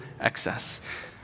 excess